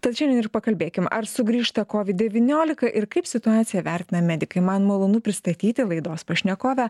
tad šiandien ir pakalbėkim ar sugrįžta covid devyniolika ir kaip situaciją vertina medikai man malonu pristatyti laidos pašnekovę